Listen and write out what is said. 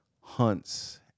Hunts